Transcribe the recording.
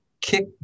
kick